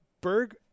Berg